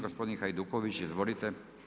Gospodin Hajduković, izvolite.